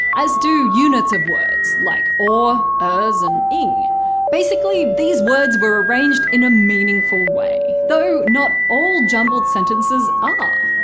as do units of words, like or ers and ng basically, these words were arranged in a meaningful way. though, not all jumbled sentences ah